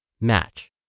match